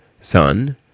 Son